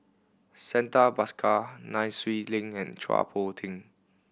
Santha Bhaskar Nai Swee Leng and Chua Poh